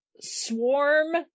swarm